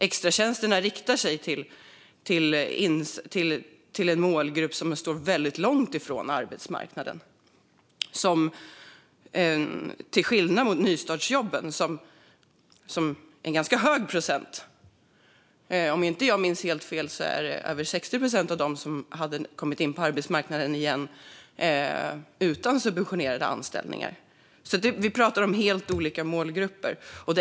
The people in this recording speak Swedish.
Extratjänsterna riktar sig till en målgrupp som står väldigt långt från arbetsmarknaden, till skillnad från nystartsjobben där en ganska hög andel, om jag inte minns helt fel över 60 procent, skulle ha kommit in på arbetsmarknaden igen även utan subventionerade anställningar. Vi pratar alltså om helt olika målgrupper.